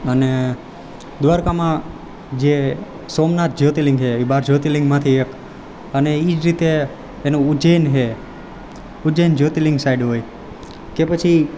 અને દ્વારકામાં જે સોમનાથ જ્યોતિર્લિંગ છે એ બાર જ્યોતિર્લિંગમાંથી એક અને એ જ રીતે એનું ઉજ્જૈન છે ઉજ્જૈન જ્યોતિર્લિંગ સાઈડ હોય કે પછી